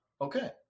Okay